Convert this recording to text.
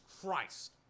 Christ